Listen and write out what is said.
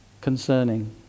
concerning